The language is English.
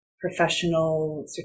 professional